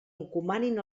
encomanin